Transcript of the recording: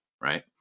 Right